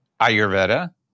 Ayurveda